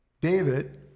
david